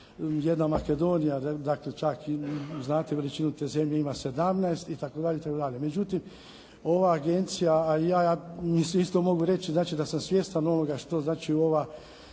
Jedna Makedonija dakle čak i znate veličinu te zemlje ima 17 i tako dalje i tako dalje. Međutim ova agencija a i ja, mislim isto mogu reći znači da sam svjestan onoga što znači u ova